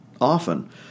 Often